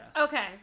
Okay